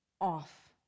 off